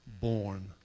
born